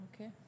okay